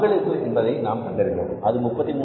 பங்களிப்பு என்பதை நாம் கண்டறிந்தோம் அது 33